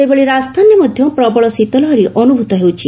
ସେହିଭଳି ରାଜସ୍ଥାନରେ ମଧ୍ୟ ପ୍ରବଳ ଶୀତ ଲହରୀ ଅନୁଭୂତ ହେଉଛି